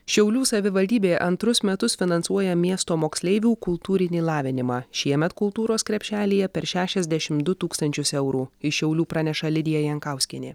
šiaulių savivaldybė antrus metus finansuoja miesto moksleivių kultūrinį lavinimą šiemet kultūros krepšelyje per šešiasdešimt du tūkstančius eurų iš šiaulių praneša lidija jankauskienė